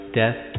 death